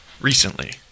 recently